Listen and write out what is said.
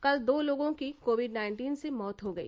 कल दो लोगों की कोविड नाइन्टीन से मौत हो गई